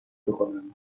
بکنند